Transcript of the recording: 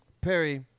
Perry